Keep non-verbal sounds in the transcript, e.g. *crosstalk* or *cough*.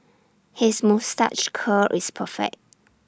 his moustache curl is perfect *noise*